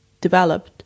developed